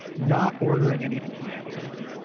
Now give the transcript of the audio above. not ordering anything from amazon.